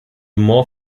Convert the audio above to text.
more